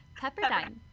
Pepperdine